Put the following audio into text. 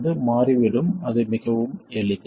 அது மாறிவிடும் அது மிகவும் எளிது